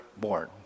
born